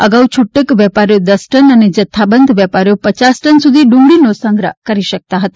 અગાઉ છુટક વેપારીઓ દસ ટન અને જથ્થાબંધ વેપારીઓ પચાસ ટન સુધી ડુંગળીનો સંગ્રહ કરી શકતા હતા